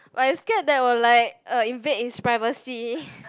but I scared that will like uh invade his privacy